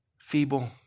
feeble